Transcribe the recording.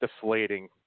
deflating